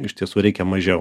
iš tiesų reikia mažiau